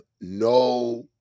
no